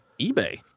eBay